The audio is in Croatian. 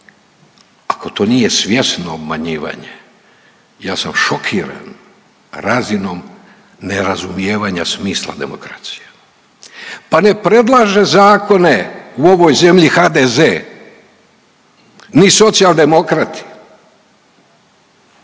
Ako to nije svjesno obmanjivanje ja sam šokiran razinom nerazumijevanja smisla demokracije. Pa ne predlaže zakone u ovoj zemlji HDZ, ni Socijaldemokrati,